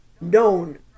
known